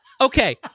okay